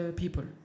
people